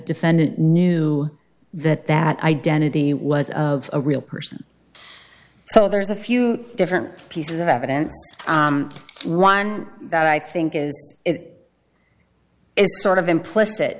defendant knew that that identity was of a real person so there's a few different pieces of evidence one that i think is it is sort of implicit